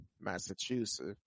Massachusetts